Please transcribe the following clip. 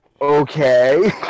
okay